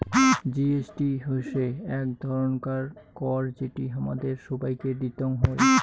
GST হসে এক ধরণকার কর যেটি হামাদের সবাইকে দিতং হই